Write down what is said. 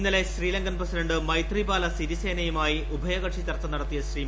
ഇന്നലെ ശ്രീലങ്കൻ പ്രസിഡന്റ് മൈത്രിപാല സിരിസേനയുമായി ഉഭയകക്ഷി ചർച്ച നടത്തിയ ശ്രീ